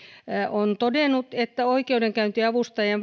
on todennut että oikeudenkäyntiavustajien